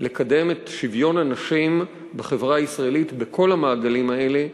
לקדם את שוויון הנשים בחברה הישראלית בכל המעגלים האלה,